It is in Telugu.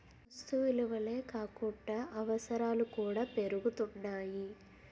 వస్తు విలువలే కాకుండా అవసరాలు కూడా పెరుగుతున్నాయి